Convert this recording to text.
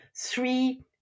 three